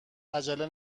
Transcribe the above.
عجله